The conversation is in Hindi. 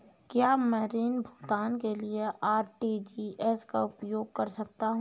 क्या मैं ऋण भुगतान के लिए आर.टी.जी.एस का उपयोग कर सकता हूँ?